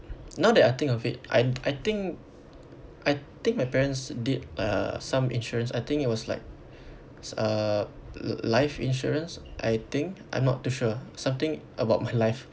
now that I think of it I I think I think my parents did uh some insurance I think it was like uh l~ life insurance I think I'm not too sure something about my life